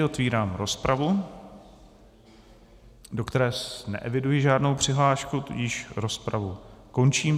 Otevírám rozpravu, do které neeviduji žádnou přihlášku, tudíž rozpravu končím.